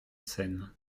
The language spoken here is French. scène